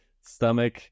stomach